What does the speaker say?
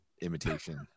imitation